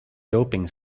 doping